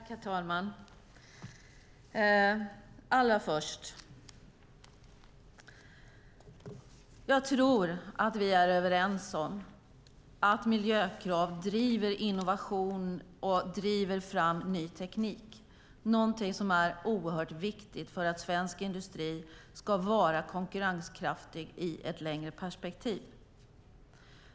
Herr talman! Allra först: Jag tror att vi är överens om att miljökrav driver innovation och driver fram ny teknik. Det är någonting som är oerhört viktigt för att svensk industri ska vara konkurrenskraftig i ett längre perspektiv.